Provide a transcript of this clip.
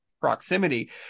proximity